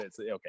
Okay